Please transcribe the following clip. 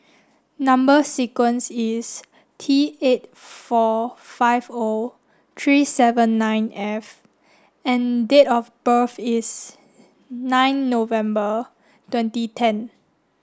number sequence is T eight four five O three seven nine F and date of birth is nine November twenty ten